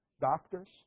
doctors